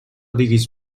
diguis